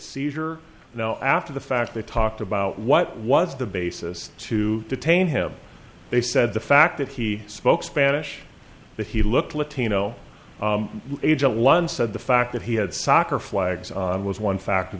seizure now after the fact they talked about what was the basis to detain him they said the fact that he spoke spanish that he looked latino agent one said the fact that he had soccer flags was one factor